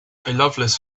loveless